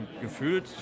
Gefühlt